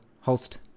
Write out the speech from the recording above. host